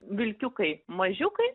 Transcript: vilkiukai mažiukai